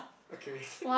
okay